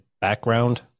background